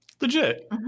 Legit